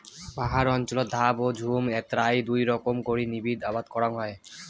পাহাড় অঞ্চলত ধাপ ও ঝুম এ্যাই দুই রকম করি নিবিড় আবাদ করাং হই